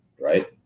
right